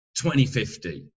2050